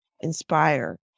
inspire